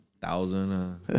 Thousand